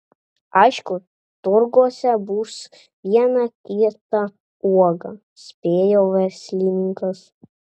aišku turguose bus viena kita uoga spėjo verslininkas